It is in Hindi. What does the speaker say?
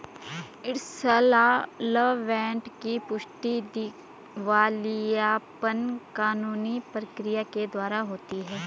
इंसॉल्वेंट की पुष्टि दिवालियापन कानूनी प्रक्रिया के द्वारा होती है